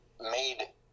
made